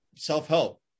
self-help